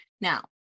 Now